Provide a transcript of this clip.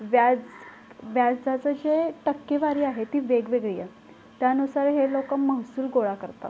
व्याज व्याजाचं जे टक्केवारी आहे ती वेगवेगळी आहे त्यानुसार हे लोकं महसूल गोळा करतात